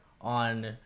on